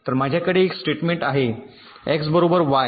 तर माझ्याकडे एक स्टेटमेंट आहे एक्स बरोबर वाय